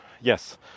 Yes